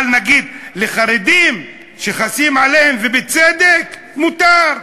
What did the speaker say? אבל נגיד, לחרדים שחסים עליהם, ובצדק, מותר.